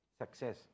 success